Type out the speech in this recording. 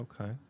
Okay